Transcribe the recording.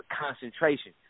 concentration